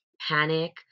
panic